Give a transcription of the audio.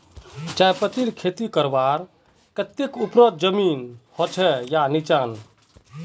चाय पत्तीर खेती करवार केते ऊपर जमीन होचे या निचान?